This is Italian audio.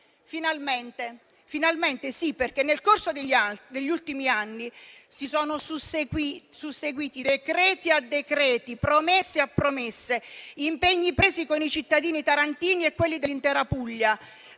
Finalmente, sì, perché nel corso degli ultimi anni si sono susseguiti decreti a decreti, promesse a promesse, impegni presi con i cittadini tarantini e con quelli dell'intera Puglia